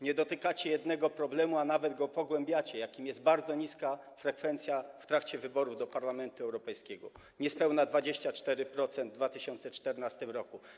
Nie dotykacie jednego problemu - a nawet go pogłębiacie - jakim jest bardzo niska frekwencja w trakcie wyborów do Parlamentu Europejskiego, niespełna 24% w 2014 r.